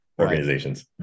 organizations